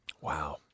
Wow